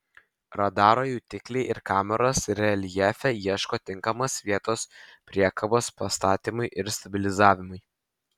radaro jutikliai ir kameros reljefe ieško tinkamos vietos priekabos pastatymui ir stabilizavimui